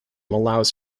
allows